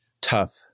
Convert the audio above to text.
tough